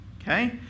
okay